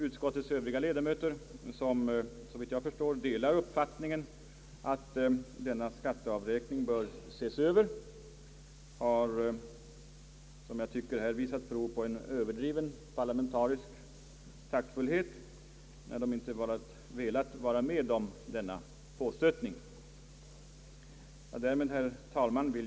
Utskottets övriga ledamöter, som såvitt jag förstår delar uppfattningen att denna skatteavräkning bör ses över, har här visat prov på en överdriven parlamentarisk taktfullhet när de inte velat vara med om denna påstötning. Herr talman!